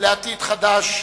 לעתיד חדש ומבטיח.